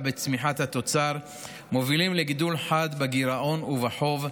בצמיחת התוצר מובילים לגידול חד בגירעון ובחוב,